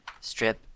Strip